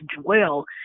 dwell